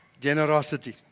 Generosity